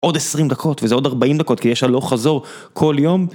עוד עשרים דקות וזה עוד ארבעים דקות כי יש הלוך חזור כל יום.